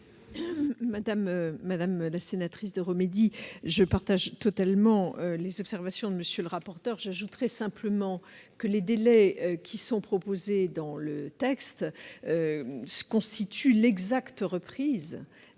Madame Deromedi, je partage totalement les observations de M. le corapporteur. J'ajouterai simplement que les délais proposés dans le texte constituent l'exacte reprise